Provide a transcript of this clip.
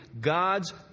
God's